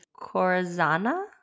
Corazana